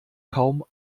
kaum